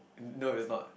no it's not